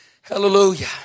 Hallelujah